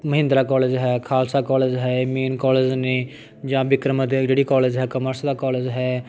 Mahindra college ਹੈ Khalsa college ਹੈ ਇਹ ਮੇਨ ਕੋਲੇਜ ਨੇ ਜਾਂ ਬਿਕਰਮ ਅਦਿਆਈ ਜਿਹੜੀ ਕੋਲੇਜ ਹੈ ਕਮਰਸ ਦਾ ਕੋਲੇਜ ਹੈ